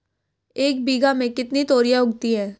एक बीघा में कितनी तोरियां उगती हैं?